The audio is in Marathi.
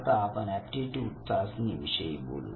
आता आपण एप्टीट्यूड चाचणी विषयी बोलू